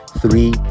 Three